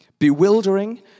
Bewildering